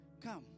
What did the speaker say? come